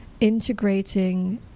integrating